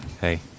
hey